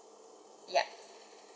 ya